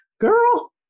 girl